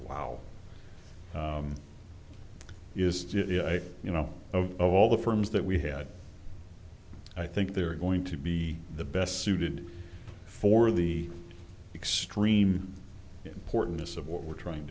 wow is you know of all the firms that we have i think they're going to be the best suited for the extreme importance of what we're trying